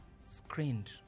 screened